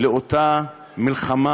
לאותה מלחמה,